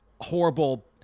horrible